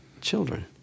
children